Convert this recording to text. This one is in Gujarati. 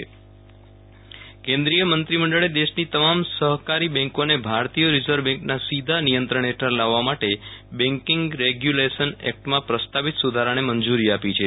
વિરલ રાણા સહકારી બેન્કોનું નિયંત્રણ કેન્દ્રીય મંત્રીમંડળે દેશની તમામ સહકારી બેન્કોને ભારતીય રિઝર્વ બેન્કના સીધા નિયંત્રણ હેઠળ લાવવા માટે બેન્કીંગ રેગ્યુલેશન એકટમાં પ્રસ્તાવિત સુધારાને મંજૂરી આપી છે